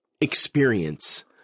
experience